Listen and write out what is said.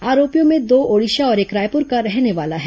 आरोपियों में दो ओडिशा और एक रायपुर का रहने वाला है